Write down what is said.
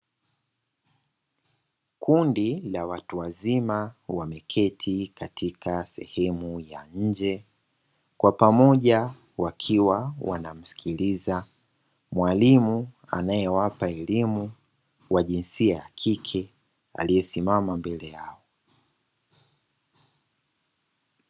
Kundi la watu wazima wameketi katika sehemu ya nje, kwa pamoja wakiwa wanamsikiliza mwalimu anayewapa elimu wa jinsia ya kike aliyesimama mbele yao.